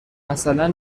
مثلا